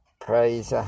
Praise